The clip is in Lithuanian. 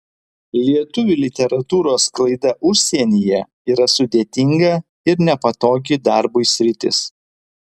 lietuvių literatūros sklaida užsienyje yra sudėtinga ir nepatogi darbui sritis